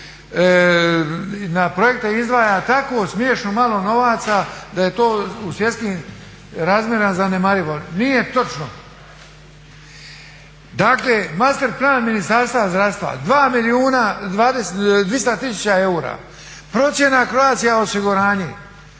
na projekte izdvaja tako smiješno malo novaca da je to u svjetskim razmjerima zanemarivo. Nije točno. Dakle, master plan Ministarstva zdravstva 2 milijuna 200 tisuća eura. Procjena Croatia osiguranja